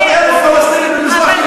300,000 פלסטינים במזרח-ירושלים,